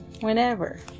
whenever